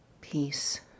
peace